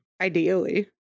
Ideally